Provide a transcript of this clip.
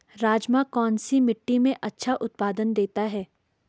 राजमा कौन सी मिट्टी में अच्छा उत्पादन देता है?